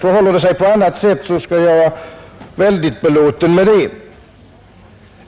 Förhåller det sig på annat sätt skulle jag vara väldigt belåten med det.